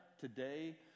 today